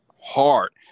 hard